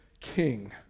King